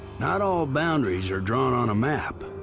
not all boundaries are drawn on a map,